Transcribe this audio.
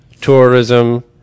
tourism